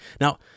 Now